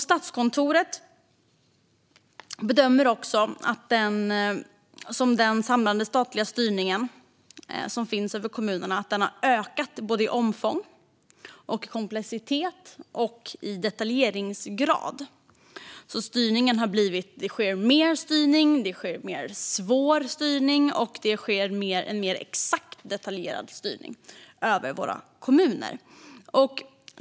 Statskontoret bedömer att den samlade statliga styrningen av kommunerna har ökat såväl i omfång som i komplexitet och detaljeringsgrad. Det sker mer styrning, det sker mer "svår" styrning och det sker en mer exakt detaljerad styrning över våra kommuner.